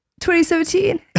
2017